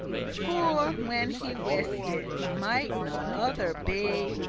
for, when he wist it might none other be,